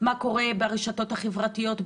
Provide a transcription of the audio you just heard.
מה קורה ברשתות החברתיות,